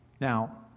Now